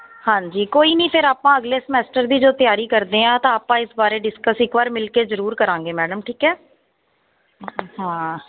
ਹਾਂਜੀ ਕੋਈ ਨਹੀਂ ਫਿਰ ਆਪਾਂ ਅਗਲੇ ਸਮੈਸਟਰ ਦੀ ਜੋ ਤਿਆਰੀ ਕਰਦੇ ਹਾਂ ਤਾਂ ਆਪਾਂ ਇਸ ਬਾਰੇ ਡਿਸਕਸ ਇੱਕ ਵਾਰ ਮਿਲ ਕੇ ਜ਼ਰੂਰ ਕਰਾਂਗੇ ਮੈਡਮ ਠੀਕ ਹੈ ਹਾਂ